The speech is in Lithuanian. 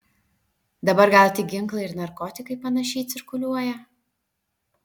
dabar gal tik ginklai ir narkotikai panašiai cirkuliuoja